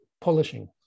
polishing